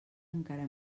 encara